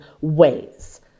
ways